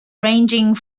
ranging